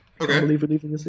okay